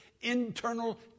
internal